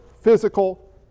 physical